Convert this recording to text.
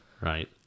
Right